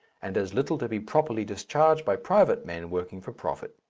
and as little to be properly discharged by private men working for profit.